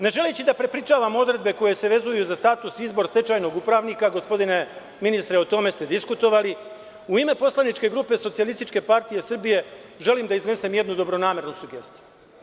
Ne želeći da prepričavam odredbe koje se vezuju za status, izbor stečajnog upravnika gospodine ministre o tome ste diskutovali, u ime Socijalističke partije Srbije želim da iznesem jednu dobronamernu sugestiju.